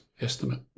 estimate